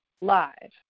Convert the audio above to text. live